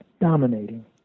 dominating